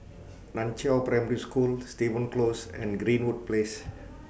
NAN Chiau Primary School Stevens Close and Greenwood Place